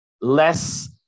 less